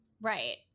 Right